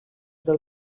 del